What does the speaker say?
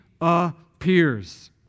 appears